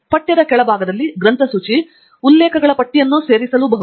ಪಠ್ಯದ ಕೆಳಭಾಗದಲ್ಲಿ ಗ್ರಂಥಸೂಚಿ ಉಲ್ಲೇಖಿತ ಉಲ್ಲೇಖಗಳ ಪಟ್ಟಿಯನ್ನು ಸೇರಿಸಲು ಬಹುದು